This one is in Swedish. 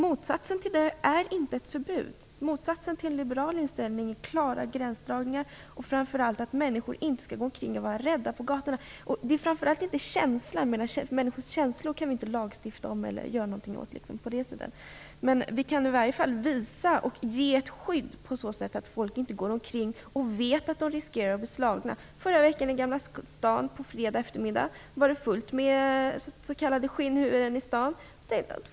Motsatsen till det är inte ett förbud. Motsatsen till en liberal inställning är klara gränsdragningar. Framför allt skall människor inte behöva gå omkring och vara rädda på gatorna. Vi kan inte lagstifta eller åtgärda mot människors känslor, men vi kan i varje fall ge folk ett skydd mot att behöva riskera att bli slagna när de går ut. I fredags eftermiddag förra veckan var det t.ex. fullt med s.k. skinnhuvuden i staden.